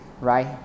right